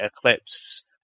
Eclipse